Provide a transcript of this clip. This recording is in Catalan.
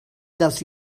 dels